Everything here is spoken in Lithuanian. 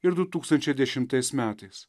ir du tūkstančiai dešimtais metais